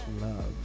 Love